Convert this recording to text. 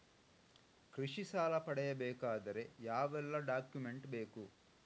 ಕೃಷಿ ಸಾಲ ಪಡೆಯಬೇಕಾದರೆ ಯಾವೆಲ್ಲ ಡಾಕ್ಯುಮೆಂಟ್ ಬೇಕು?